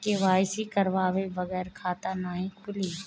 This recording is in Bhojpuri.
के.वाइ.सी करवाये बगैर खाता नाही खुली?